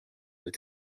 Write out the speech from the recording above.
with